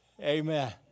amen